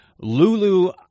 Lulu